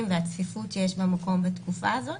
ואת הצפיפות שיש במקום בתקופה הזאת,